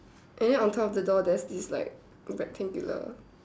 and then on top of the door there's this like rectangular